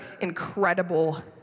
incredible